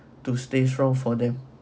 to stay strong for them